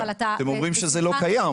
אבל אתה מוזמן --- אתם אומרים שזה לא קיים,